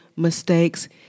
mistakes